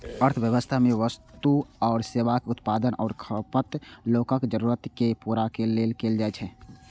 अर्थव्यवस्था मे वस्तु आ सेवाक उत्पादन आ खपत लोकक जरूरत कें पूरा करै लेल कैल जाइ छै